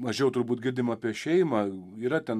mažiau turbūt girdim apie šeimą yra ten